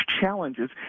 challenges